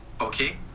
okay